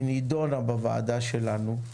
היא נידונה בוועדה שלנו.